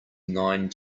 nine